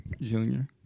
Junior